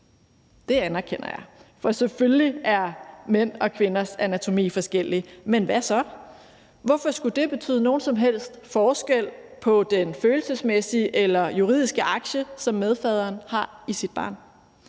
Det anerkender jeg. Selvfølgelig er mænds og kvinders anatomi forskellig, men hvad så? Hvorfor skulle det betyde nogen som helst forskel på den følelsesmæssige eller juridiske aktie, som medfaderen har i sit barn?